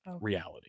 reality